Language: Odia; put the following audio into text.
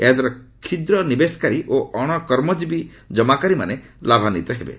ଏହାଦ୍ୱାରା କ୍ଷୁଦ୍ର ନିବେଶକାରୀ ଓ ଅଶ କର୍ମକ୍ତୀବୀ ଜମାକାରୀମାନେ ଲାଭାନ୍ୱିତ ହେବେ